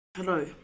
Hello